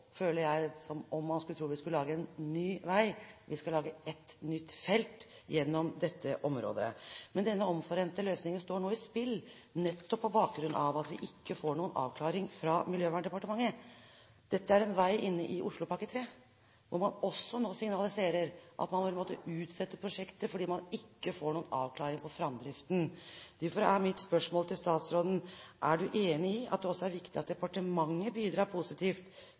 føler jeg det som om man tror vi skal lage en ny vei, men vi skal lage ett nytt felt gjennom dette området. Denne omforente løsningen står nå på spill nettopp på bakgrunn av at vi ikke får noen avklaring fra Miljøverndepartementet. Dette er en vei som ligger inne i Oslopakke 3, og man signaliserer nå at man vil måtte utsette prosjektet fordi man ikke får noen avklaring på framdriften. Derfor er mitt spørsmål til statsråden: Er statsråden enig i at det også er viktig at departementet bidrar positivt,